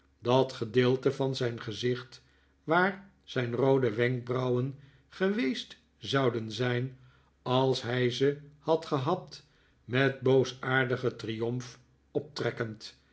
dat gedeelte van zijn gezicht waar zijn roode wenkbrauwen geweest zouden zijn als hij ze had gehad met boosaardigen triomf optrekkend